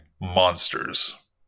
monsters